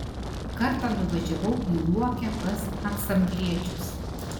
kartą nuvažiavau į luokę pas ansambliečius